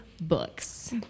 books